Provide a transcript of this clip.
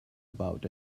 about